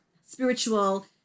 spiritual